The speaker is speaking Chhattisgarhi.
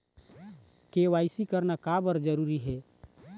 के.वाई.सी करना का बर जरूरी हे?